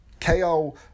KO